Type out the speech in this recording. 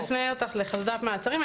אני אפנה אותך לחסד"פ מעצרים.